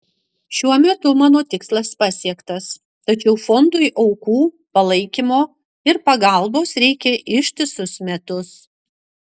šiuo metu mano tikslas pasiektas tačiau fondui aukų palaikymo ir pagalbos reikia ištisus metus